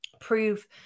prove